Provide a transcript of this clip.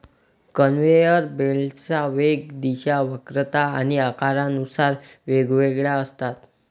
conveyor बेल्टच्या वेग, दिशा, वक्रता आणि आकारानुसार वेगवेगळ्या असतात